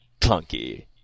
clunky